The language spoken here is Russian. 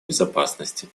безопасности